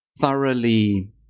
thoroughly-